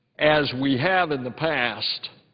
as we have in the past,